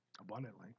abundantly